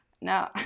no